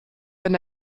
wenn